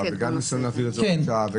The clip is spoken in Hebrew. וגם ניסיון להעביר את זה כהוראת שעה,